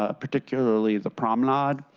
ah particularly, the promenade.